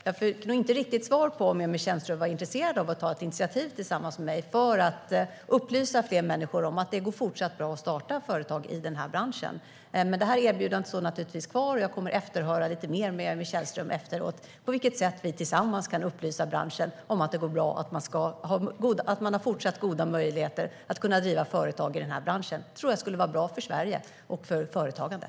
Jag fick inte riktigt svar på om Emil Källström var intresserad av att ta ett initiativ tillsammans med mig för att upplysa fler människor om att det går bra att fortsätta starta företag i branschen. Erbjudandet står naturligtvis kvar, och jag kommer att efterhöra lite mer med Emil Källström efter debatten på vilket sätt vi tillsammans kan upplysa branschen om att det finns goda möjligheter att även i fortsättningen driva företag i branschen. Det skulle vara bra för Sverige och för företagandet.